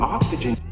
Oxygen